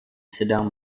sedang